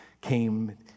came